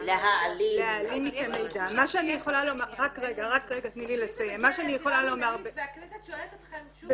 מה שאני יכולה לומר ------ והכנסת שואלת אתכם שוב